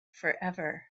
forever